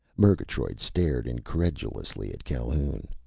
murgatroyd stared incredulously at calhoun.